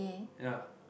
ya